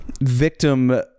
victim